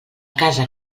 casa